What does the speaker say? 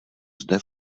zde